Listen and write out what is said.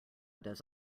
does